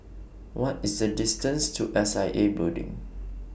What IS The distance to S I A Building